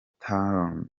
talon